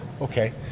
okay